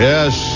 Yes